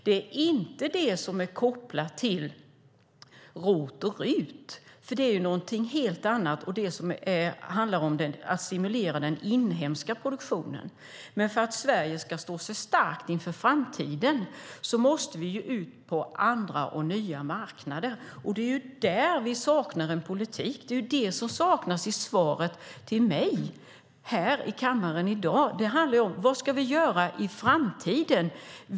Det är inte det som är kopplat till ROT och RUT. Det är någonting helt annat. Det handlar om den assimilerade inhemska produktionen. Men för att Sverige ska stå starkt inför framtiden måste vi ut på andra och nya marknader. Det är där vi saknar en politik. Det är ju det som saknas i svaret till mig här i kammaren i dag. Det handlar om vad vi ska göra i framtiden.